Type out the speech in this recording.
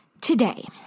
Today